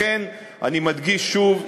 לכן אני מדגיש שוב,